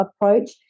approach